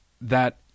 That-